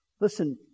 listen